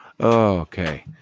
Okay